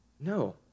No